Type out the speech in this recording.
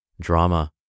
drama